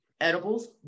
edibles